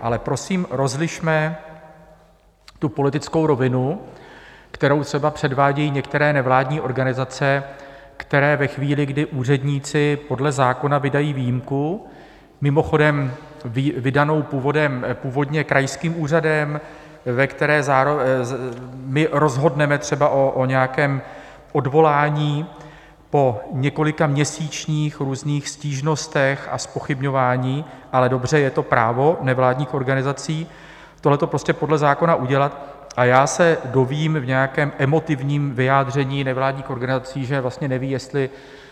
Ale prosím, rozlišme politickou rovinu, kterou třeba předvádějí některé nevládní organizace, které ve chvíli, kdy úředníci podle zákona vydají výjimku, mimochodem vydanou původně krajským úřadem, ve které my rozhodneme třeba o nějakém odvolání po několikaměsíčních různých stížnostech a zpochybňování, ale dobře, je to právo nevládních organizací tohle podle zákona udělat, a já se dozvím v nějakém emotivním vyjádření nevládních organizací, že vlastně neví, jestli